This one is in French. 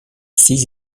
six